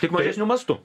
tik mažesniu mastu